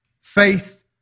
faith